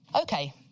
Okay